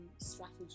strategy